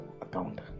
account